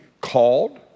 called